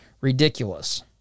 ridiculous